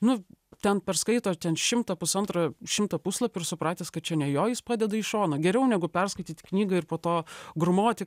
nu ten perskaito ten šimtą pusantro šimto puslapių ir supratęs kad čia ne jo jis padeda į šoną geriau negu perskaityt knygą ir po to grūmoti